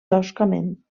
toscament